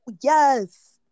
Yes